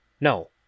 No